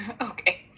okay